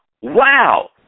wow